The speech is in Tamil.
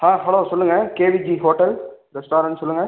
ஆ ஹலோ சொல்லுங்கள் கேவிஜி ஹோட்டல் ரெஸ்டாரண்ட் சொல்லுங்கள்